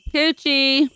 Coochie